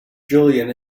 jillian